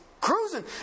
cruising